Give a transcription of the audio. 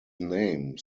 name